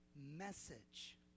message